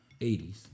80s